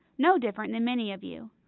no different than many of you.